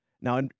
Now